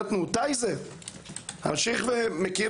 זה בדיוק המשפט הבא שלי.